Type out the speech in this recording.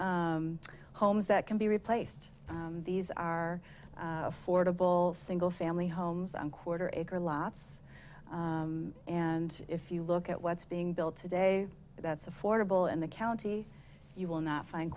homes that can be replaced these are fordable single family homes on quarter acre lots and if you look at what's being built today that's affordable in the county you will not find